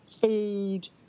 food